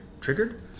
triggered